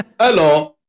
Hello